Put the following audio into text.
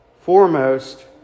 foremost